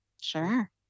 Sure